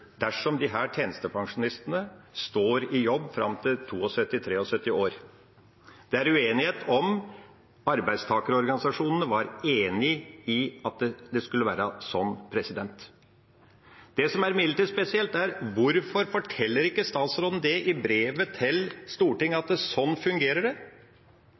dersom disse tjenestepensjonistene står i jobb fram til 72–73 år. Det er uenighet om arbeidstakerorganisasjonene var enig i at det skulle være sånn. Det som imidlertid er spesielt, er hvorfor statsråden ikke forteller i brevet til Stortinget at sånn fungerer det. Og punkt 2: Hvorfor forteller ikke statsråden til samtlige ansatte i